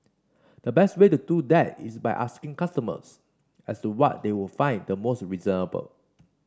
the best way to do that is by asking customers as to what they would find the most reasonable